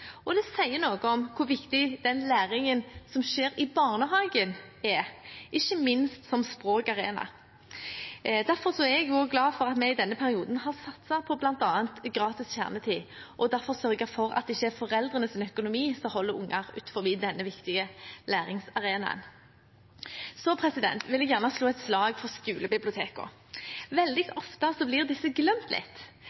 Og det sier noe om hvor viktig den læringen som skjer i barnehagen, ikke minst som språkarena, er. Derfor er jeg glad for at vi i denne perioden har satset på bl.a. gratis kjernetid og derfor sørget for at det ikke er foreldrenes økonomi som holder barn utenfor denne viktige læringsarenaen. Så vil jeg gjerne slå et slag for skolebibliotekene. Veldig